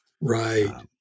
Right